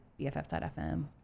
BFF.FM